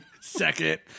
second